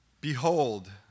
Behold